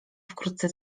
wkrótce